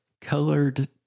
colored